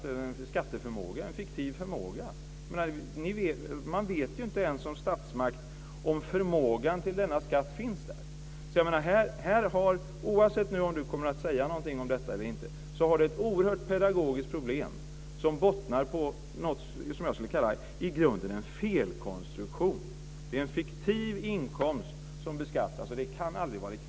Man vet som statsmakt inte ens om förmågan att betala denna skatt finns. Här har finansministern, oavsett om han kommer att säga någonting om detta eller inte, ett oerhört stort pedagogiskt problem, som bottnar i en felkonstruktion. Det är en fiktiv inkomst som beskattas, och det kan aldrig vara riktigt.